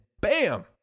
bam